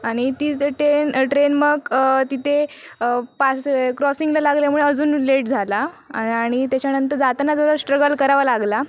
आणि ती ज ट्रेन ट्रेन मग तिथे पाच क्रॉसिंगला लागल्यामुळे अजून लेट झाला आणि त्याच्यानंतर जाताना जरा स्ट्रगल करावा लागला